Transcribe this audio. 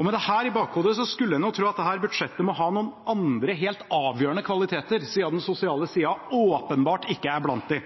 Med dette i bakhodet skulle en tro at dette budsjettet må ha noen andre, helt avgjørende, kvaliteter, siden den sosiale siden åpenbart ikke er blant